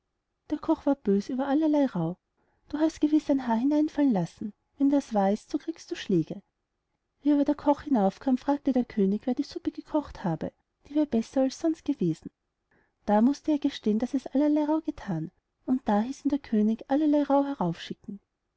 der koch ward bös über allerlei rauh du hast gewiß ein haar hineinfallen lassen wenn das wahr ist so kriegst du schläge wie aber der koch hinauf kam fragte der könig wer die suppe gekocht habe die wär besser als sonst gewesen da mußte er gestehen daß es allerlei rauh gethan und da hieß ihn der könig allerlei rauh